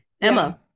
Emma